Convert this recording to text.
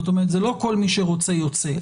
זאת אומרת זה לא כל מי שרוצה יוצא,